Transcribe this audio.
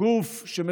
גוף שאוסף ידע,